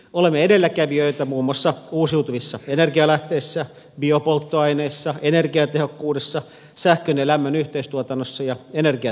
olemme edelläkävijöitä muun muassa uusiutuvissa energianlähteissä biopolttoaineissa energiatehokkuudessa sähkön ja lämmön yhteistuotannossa ja energiateknologiassa